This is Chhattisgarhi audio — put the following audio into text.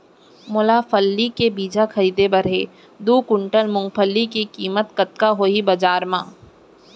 मोला फल्ली के बीजहा खरीदे बर हे दो कुंटल मूंगफली के किम्मत कतका होही बजार म?